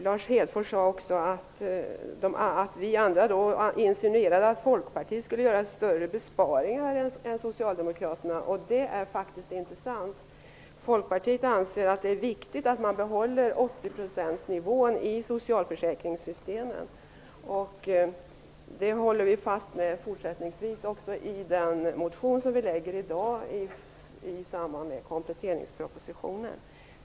Lars Hedfors sade också att vi andra insinuerade att Folkpartiet skulle göra större besparingar än Socialdemokraterna. Det är faktiskt inte sant. Folkpartiet anser att det är viktigt att man behåller 80 procentsnivån i socialförsäkringssystemen. Det håller vi fast vid också fortsättningsvis i den motion som vi väcker i dag i samband med kompletteringspropositionen.